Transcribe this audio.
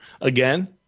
again